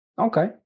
Okay